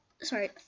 sorry